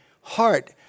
heart